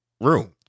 room